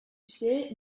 sais